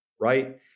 right